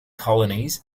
colonies